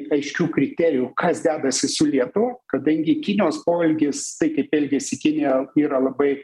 aiškių kriterijų kas dedasi su lietuva kadangi kinijos poelgis tai kaip elgiasi kinija yra labai